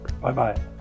Bye-bye